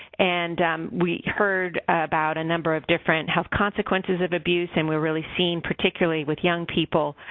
and we heard about a number of different health consequences of abuse and we're really seeing particularly with young people